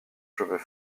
cheveux